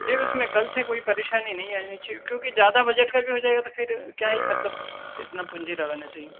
उसमें कल से कोई परेशानी नहीं आनी चाहिए क्योंकि ज़्यादा बजट का भी हो जाएगा तो फ़िर क्या ही मतलब इतना पूँजी लगाने से ही